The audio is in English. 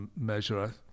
measure